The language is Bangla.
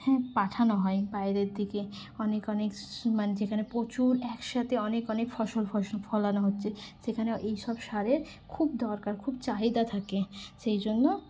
হ্যাঁ পাঠানো হয় বাইরের দিকে অনেক অনেক মানে যেখানে প্রচুর একসাথে অনেক অনেক ফসল ফসল ফলানো হচ্ছে সেখানে এইসব সারের খুব দরকার খুব চাহিদা থাকে সেইজন্য